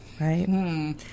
right